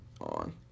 on